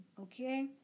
okay